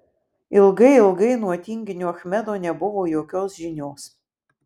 ilgai ilgai nuo tinginio achmedo nebuvo jokios žinios